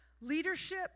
leadership